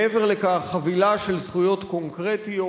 מעבר לכך, חבילה של זכויות קונקרטיות